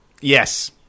Yes